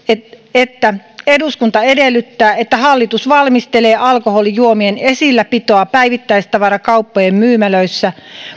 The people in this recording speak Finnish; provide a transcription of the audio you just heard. eduskunta edellyttää että hallitus valmistelee alkoholijuomien esilläpitoa päivittäistavarakauppojen myymälöissä